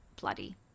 bloody